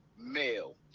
male